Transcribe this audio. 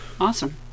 Awesome